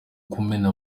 kumena